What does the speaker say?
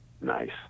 nice